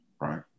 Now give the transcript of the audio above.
right